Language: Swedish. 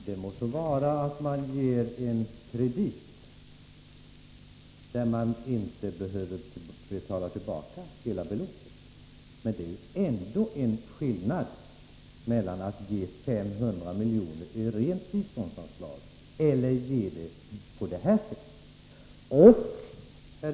Herr talman! Det må så vara att man ger en kredit som inte behöver betalas tillbaka i sin helhet. Det är ändå en skillnad mellan att ge 500 miljoner i rent biståndsanslag och att ge det på det här sättet.